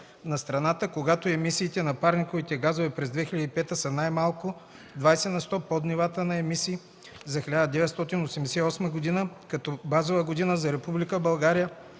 на страната, когато емисиите на парникови газове през 2005 г. са най-малко 20 на сто под нивата на емисии за 1988 г. като базова година за Република